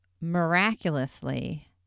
miraculously